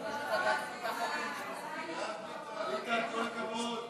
את הצעת חוק ההוצאה לפועל